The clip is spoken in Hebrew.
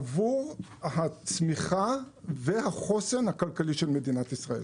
עבור הצמיחה והחוסן הכלכלי של מדינת ישראל.